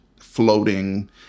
floating